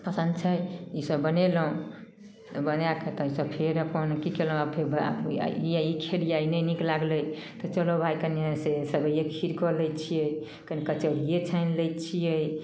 पसन्द छै ईसब बनेलहुँ बनाकऽ तहन फेर अपन अथी कएलहुँ आइ ई खेलिए ई नहि नीक लागलै तऽ चलऽ भाइ कनि से सेवैएके खीर कऽ लै छिए कनि कचौड़िए छानि लै छिए